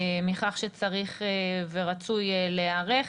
ומכך שצריך ורצוי להיערך.